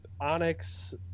Onyx